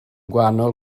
gwahanol